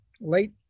late